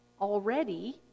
already